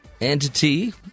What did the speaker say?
entity